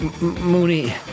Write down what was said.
Mooney